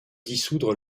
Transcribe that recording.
dissoudre